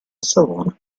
savona